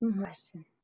Question